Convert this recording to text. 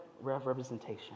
representation